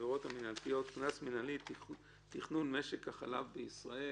העבירות המינהליות (קנס מינהלי - תכנון משק החלב בישראל)